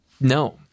no